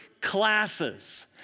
classes